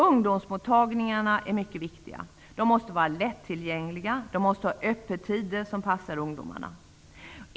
Ungdomsmottagningarna är mycket viktiga. De måste vara lättillgängliga. De måste ha öppettider som passar ungdomarna.